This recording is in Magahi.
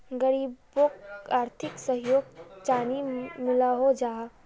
गरीबोक आर्थिक सहयोग चानी मिलोहो जाहा?